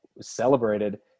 celebrated